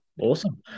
awesome